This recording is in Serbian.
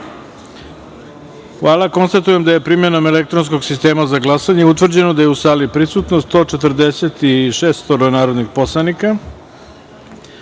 Hvala. Konstatujem da je, primenom elektronskog sistema za glasanje, utvrđeno da je u sali prisutno 146 narodnih poslanika,